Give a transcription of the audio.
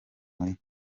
muri